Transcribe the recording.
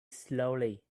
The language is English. slowly